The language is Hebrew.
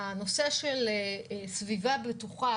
הנושא של סביבה בטוחה,